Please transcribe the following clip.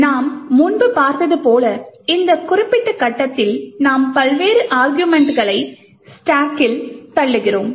நாம் முன்பு பார்த்தது போல் இந்த குறிப்பிட்ட கட்டத்தில் நாம் பல்வேறு அருகுமெண்ட்களை ஸ்டாக்கில் தள்ளுகிறோம்